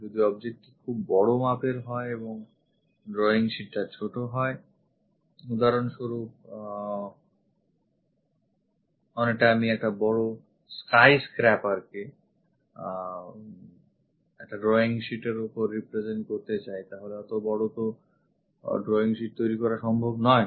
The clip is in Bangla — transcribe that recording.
যদি objectটি খুব বড়ো মাপের হয় এবং drawing sheet টা ছোট হয় উদাহরণস্বরূপ অনেকটা আমি একটা বড়ো skyscraperকে একটা drawing sheet এর ওপর represent করতে চাই তাহলে এতোটা বড়ো ধরনের drawing sheet তৈরি করা সম্ভব নয়